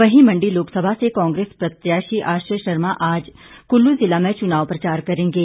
वहीं मंडी लोकसभा से कांग्रेस प्रत्याशी आश्रय शर्मा आज कुल्लू ज़िला में चुनाव प्रचार करेंगे